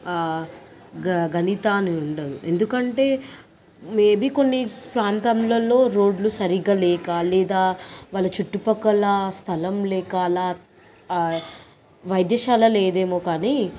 గ గణిత అని ఉండదు ఎందుకంటే మేబి కొన్ని ప్రాంతంలలో రోడ్లు సరిగా లేక లేదా వాళ్ళ చుట్టుపక్కల స్థలం లేక అలా వైద్యశాల లేదేమో కానీ